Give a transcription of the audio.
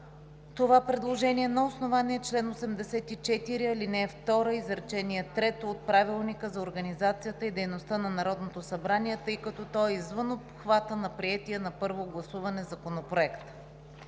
предложението на основание чл. 84, ал. 2, изречение трето от Правилника за организацията и дейността на Народното събрание, тъй като то е извън обхвата на приетия на първо гласуване Законопроект.